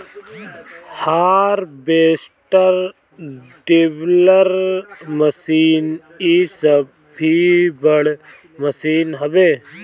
harvester, dibbler machine इ सब भी बड़ मशीन हवे